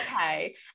okay